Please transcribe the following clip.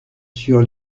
sur